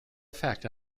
effect